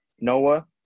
Noah